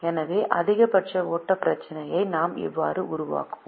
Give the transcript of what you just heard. எனவே அதிகபட்ச ஓட்டப் பிரச்சினையை நாம் இவ்வாறு உருவாக்குகிறோம்